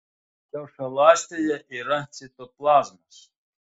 kiaušialąstėje yra citoplazmos